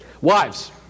Wives